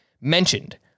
mentioned